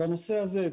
בנושא הזה,